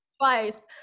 twice